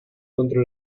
contro